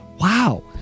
Wow